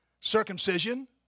Circumcision